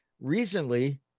recently